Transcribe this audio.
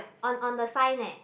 on on the sign eh